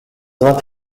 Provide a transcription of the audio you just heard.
not